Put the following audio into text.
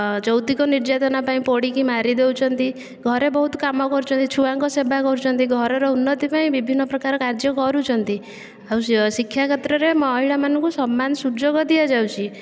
ଯୌତୁକ ନିର୍ଯାତନା ପାଇଁ ପୋଡ଼ିକି ମାରିଦେଉଛନ୍ତି ଘରେ ବହୁତ କାମ କରୁଛନ୍ତି ଛୁଆଙ୍କ ସେବା କରୁଛନ୍ତି ଘରର ଉନ୍ନତି ପାଇଁ ବିଭିନ୍ନ ପ୍ରକାର କାର୍ଯ୍ୟ କରୁଛନ୍ତି ଆଉ ଶିକ୍ଷା କ୍ଷେତ୍ରରେ ମହିଳାମାନଙ୍କୁ ସମାନ ସୁଯୋଗ ଦିଆଯାଉଛି